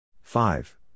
Five